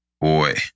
Boy